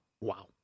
Wow